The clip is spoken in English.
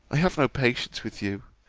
i have no patience with you,